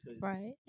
Right